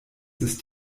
ist